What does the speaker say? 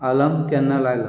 alarm केन्ना लायलां